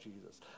Jesus